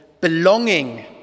belonging